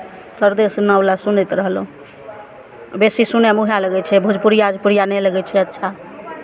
शारदे सिन्हावला सुनैत रहलहुँ बेसी सुनयमे उएह लगै छै भोजपुरिया ओजपुरिया नहि लगै छै अच्छा